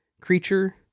creature